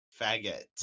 faggot